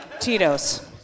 Tito's